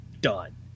done